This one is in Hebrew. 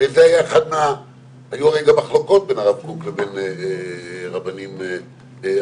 הרי היו גם מחלוקות בין הרב קוק לבין רבנים אחרים.